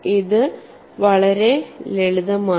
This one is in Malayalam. ഇത് വളരെ ലളിതമാണ്